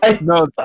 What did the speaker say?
No